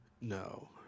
No